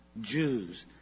Jews